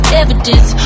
evidence